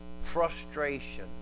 frustration